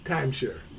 Timeshare